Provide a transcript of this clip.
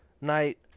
night